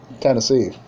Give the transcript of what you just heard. Tennessee